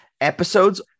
episodes